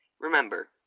remember